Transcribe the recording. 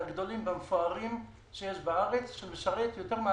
"ענישה דרקונית: מוסדות שאיחרו במעט הגשת "ניהול